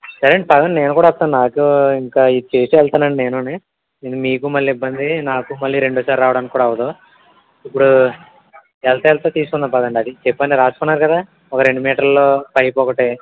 సరే అండి పదండి నేను కూడా వస్తాను నాకు ఇంకా ఇది చేసి వెళ్తాను నేను ఇది మీకు మళ్ళీ ఇబ్బంది నాకు మళ్ళీ రెండోసారి రావడానికి కూడా అవ్వదు ఇప్పుడు వెళుతు వెళుతు తీసుకుందాం పదండి అది చెప్పాను కదా రాసుకున్నారు కదా రెండు మీటర్ల పైప్ ఒకటి